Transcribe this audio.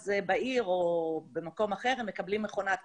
אז בעיר או במקום אחר הם מקבלים מכונת כביסה.